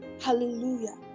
Hallelujah